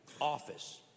office